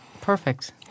perfect